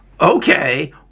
Okay